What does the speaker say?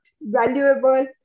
valuable